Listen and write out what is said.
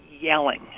yelling